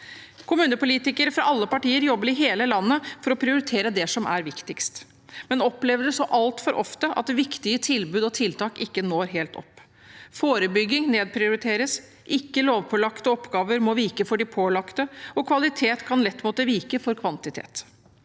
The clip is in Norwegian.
Kommunepolitikere fra alle partier jobber i hele landet for å prioritere det som er viktigst, men opplever så altfor ofte at viktige tilbud og tiltak ikke når helt opp. Forebygging nedprioriteres. Ikke lovpålagte oppgaver må vike for de pålagte, og kvalitet kan lett måtte vike for kvantitet.